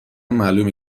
معلومه